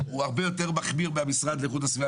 הוא הרבה יותר מחמיר מהמשרד לאיכות הסביבה,